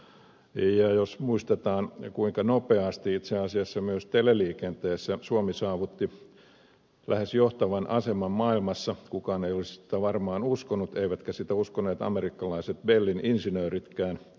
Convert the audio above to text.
ja jos muistetaan kuinka nopeasti itse asiassa myös teleliikenteessä suomi saavutti lähes johtavan aseman maailmassa niin kukaan ei olisi sitä varmaan uskonut eivätkä sitä uskoneet amerikkalaiset bellin insinööritkään